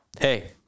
hey